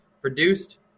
produced